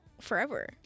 forever